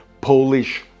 Polish